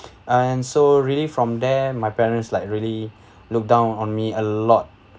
and so really from there my parents like really look down on me a lot